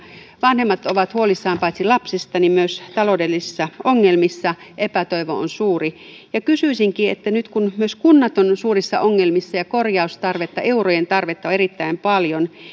vanhemmat ovat paitsi huolissaan lapsista myös taloudellisissa ongelmissa ja epätoivo on suuri kysyisinkin nyt kun myös kunnat ovat suurissa ongelmissa ja korjaustarvetta ja eurojen tarvetta on erittäin paljon